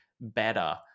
better